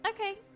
Okay